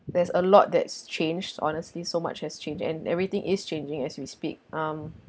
there's a lot that's changed honestly so much has changed and everything is changing as we speak um